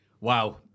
Wow